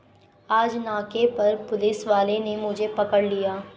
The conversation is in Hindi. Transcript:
आज नाके पर पुलिस वाले ने मुझे पकड़ लिया